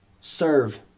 serve